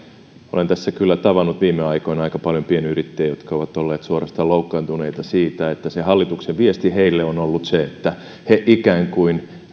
olen tässä kyllä tavannut viime aikoina aika paljon pienyrittäjiä jotka ovat olleet suorastaan loukkaantuneita siitä että hallituksen viesti heille on ollut se että he ikään kuin